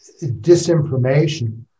disinformation